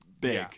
big